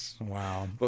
Wow